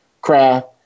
craft